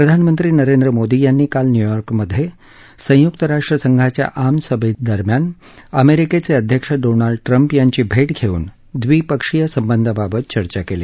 प्रधानमंत्री नरेंद्र मोदी यांनी काल न्यूयॉर्कमधे संयुक्त राष्ट्र संघाच्या आमसभेदरम्यान अमेरिकेचे अध्यक्ष डोनाल्ड ट्रंप यांची भेट घेऊन द्विपक्षीय संबंधांबाबत चर्चा केली